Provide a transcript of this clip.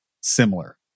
similar